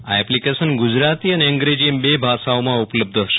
આ એપ્લિકેશન ગુજરાતી અને અંગ્રેજી એમ બે ભાષાઓમાં ઉપલબ્ધ હશે